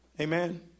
Amen